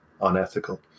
unethical